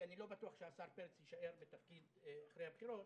כי אני לא בטוח שהשר פרץ יישאר בתפקיד אחרי הבחירות,